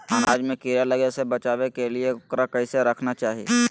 अनाज में कीड़ा लगे से बचावे के लिए, उकरा कैसे रखना चाही?